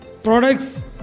products